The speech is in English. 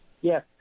Yes